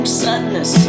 sadness